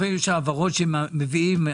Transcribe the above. לפעמים יש העברות מעצבנות,